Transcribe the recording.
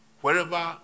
Wherever